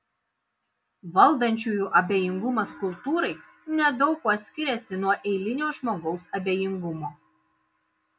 valdančiųjų abejingumas kultūrai nedaug kuo skiriasi nuo eilinio žmogaus abejingumo